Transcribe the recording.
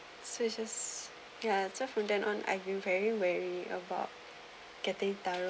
swishes ya so from then on I grew very wary about getting